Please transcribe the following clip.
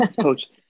Coach